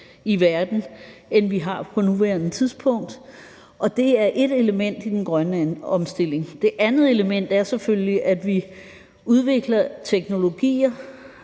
i verden, end vi har på nuværende tidspunkt, og det er et element i den grønne omstilling. Det andet element er selvfølgelig, at vi udvikler teknologier,